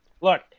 Look